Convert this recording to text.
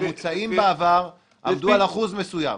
ממוצעים בעבר עמדו על אחוז מסוים,